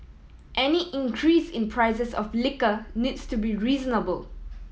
any increase in prices of liquor needs to be reasonable